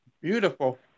Beautiful